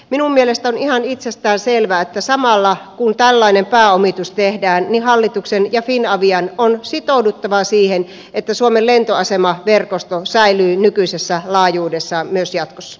minun mielestäni on ihan itsestäänselvää että samalla kun tällainen pääomitus tehdään niin hallituksen ja finavian on sitouduttava siihen että suomen lentoasemaverkosto säilyy nykyisessä laajuudessaan myös jatkossa